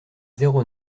zéro